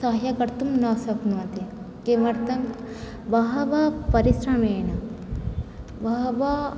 साहाय्यं कर्तुं न शक्नोति किमर्थं बहवः परिश्रमेण बहवः